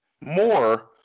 more